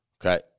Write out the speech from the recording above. okay